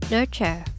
Nurture